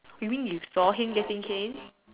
you mean you saw him getting cane